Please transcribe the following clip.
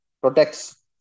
protects